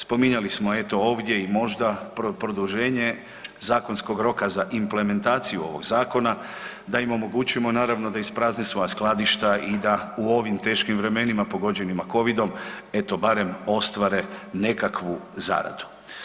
Spominjali smo, evo, ovdje i možda produženje zakonskog roka za implementaciju ovog zakona, da im omogućimo, naravno, da isprazne svoja skladišta i da u ovim teškim vremenima pogođenima Covidom, eto, barem, ostvare nekakvu zaradu.